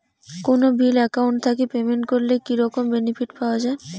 কোনো bill account থাকি payment করলে কি রকম বেনিফিট পাওয়া য়ায়?